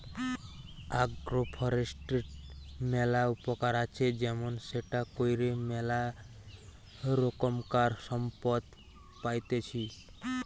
agro ফরেষ্ট্রীর ম্যালা উপকার আছে যেমন সেটা কইরে ম্যালা রোকমকার সম্পদ পাইতেছি